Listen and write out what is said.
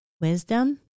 Wisdom